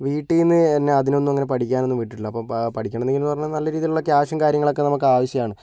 വീട്ടിൽ നിന്ന് എന്നെ അതിനൊന്നും അങ്ങനെ പഠിക്കാനൊന്നും വിട്ടിട്ടില്ല അപ്പോൾ പഠിക്കണം എന്നിങ്ങനെ പറഞ്ഞാൽ നല്ല രീതിയിലുള്ള ക്യാഷും കാര്യങ്ങളൊക്കെ നമുക്ക് ആവശ്യമാണ്